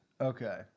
Okay